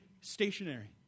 stationary